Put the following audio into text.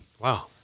Wow